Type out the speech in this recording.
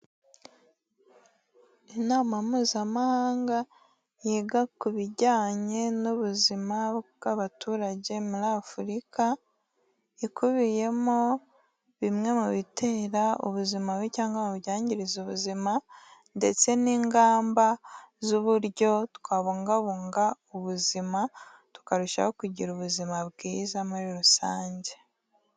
Inama mpuzamahanga yiga ku bijyanye n'ubuzima bw'abaturage muri Afurika, ikubiyemo bimwe mu bitera ubuzima bubi cyangwa mu byangiriza ubuzima ndetse n'ingamba z'uburyo twabungabunga ubuzima tukarushaho kugira ubuzima bwiza muri rusange.